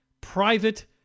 private